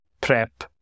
PrEP